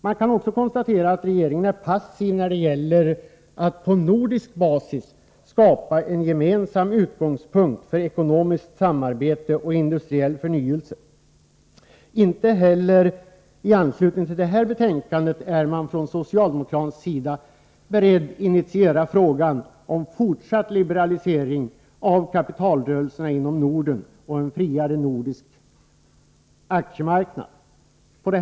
Man kan också konstatera att regeringen är passiv när det gäller att på nordisk basis skapa en gemensam utgångspunkt för ekonomiskt samarbete och industriell förnyelse. Inte heller i anslutning till detta betänkande är man från socialdemokratins sida beredd initera frågan om fortsatt liberalisering av kapitalrörelserna inom Norden och en friare nordisk aktiemarknad.